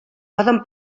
poden